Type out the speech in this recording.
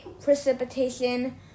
precipitation